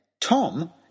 Tom